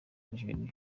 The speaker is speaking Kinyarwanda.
nigeria